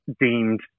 deemed